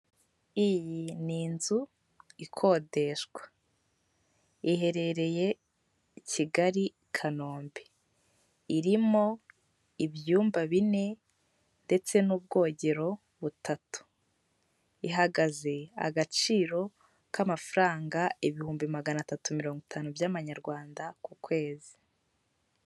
Iyi ni inzu ikodeshwa, iherereye Kigali kanombe, irimo ibyumba bine ndetse n'ubwogero butatu, ihagaze agaciro k'amafaranga ibihumbi magana atatu mirongo itanu by'amanyarwanda ku kwezi.